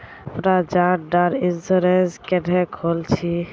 अपना जान डार इंश्योरेंस क्नेहे खोल छी?